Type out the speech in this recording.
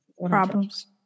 Problems